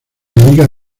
liga